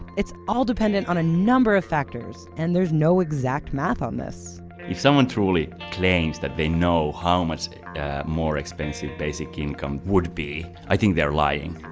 it's all dependent on a number of factors, and there's no exact math on this if someone truly claims that they know how much more expensive basic income would be, i think they're lying.